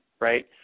right